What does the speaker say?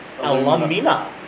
Alumina